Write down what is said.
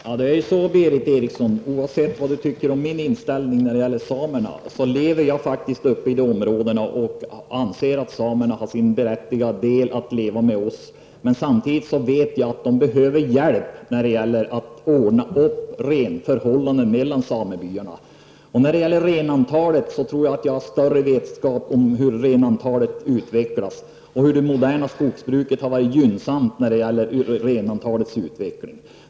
Herr talman! Oavsett vad Berith Eriksson tycker om min inställning till samerna är det faktiskt så, Berith Eriksson, att jag lever i de områdena och anser att samerna är berättigade att leva där tillsammans med oss, men samtidigt vet jag att de behöver hjälp när det gäller att ordna upp förhållandena mellan samebyarna. När det gäller renantalet tror jag att jag har större kunskaper om hur renantalet utvecklas: Det moderna skogsbruket har varit gynnsamt för renantalets utveckling.